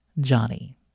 Johnny